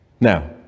Now